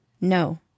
No